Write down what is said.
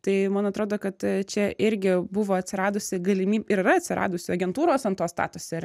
tai man atrodo kad čia irgi buvo atsiradusi galimy ir yra atsiradusi agentūros ant to statosi ir